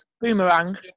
boomerang